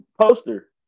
poster